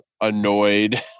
annoyed